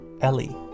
Ellie